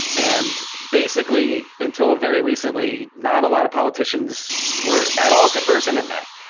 and basically, until very recently not a lot of politicians were at all conversant in that.